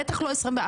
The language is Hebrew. בטח לא 24/7,